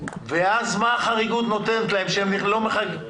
ואז מה החריגות נותנת להם, שהם לא מחכים...